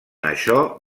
això